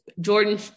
Jordan